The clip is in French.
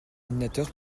ordinateur